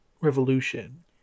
Revolution